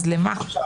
אז למה?